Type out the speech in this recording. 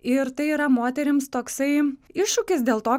ir tai yra moterims toksai iššūkis dėl to